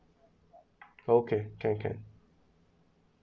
okay can can